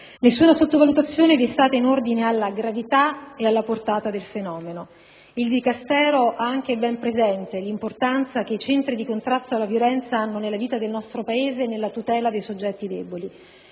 Nessuna sottovalutazione vi è stata in ordine alla gravità e alla portata del fenomeno. Il Dicastero ha anche ben presente l'importanza che i centri di contrasto alla violenza hanno nella vita del nostro Paese e nella tutela dei soggetti deboli,